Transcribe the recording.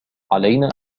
علينا